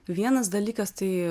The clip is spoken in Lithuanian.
vienas dalykas tai